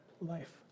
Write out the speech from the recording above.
life